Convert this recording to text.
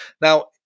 Now